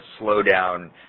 slowdown